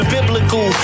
Biblical